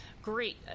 Great